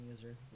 user